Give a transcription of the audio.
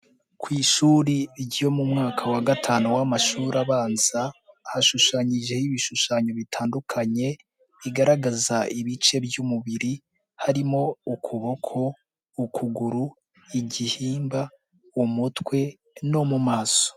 Ku ishuri ryo mu mwaka wa gatanu w'amashuri abanza hashushanyijeho ibishushanyo bitandukanye bigaragaza ibice by'umubiri harimo ukuboko, ukuguru, igihimba, umutwe no mu maso.